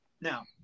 Now